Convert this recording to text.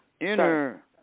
Inner